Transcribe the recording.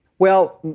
well,